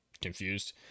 confused